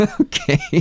okay